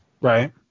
Right